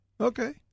Okay